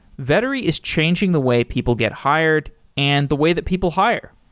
vettery is changing the way people get hired and the way that people hire.